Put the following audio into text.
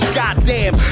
goddamn